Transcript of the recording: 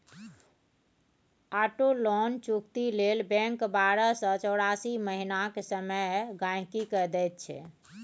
auto loan चुकती लेल bank बारह सँ चौरासी महीनाक समय गांहिकी केँ दैत छै